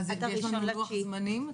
ויש לנו לוח זמנים?